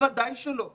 בוודאי שלא.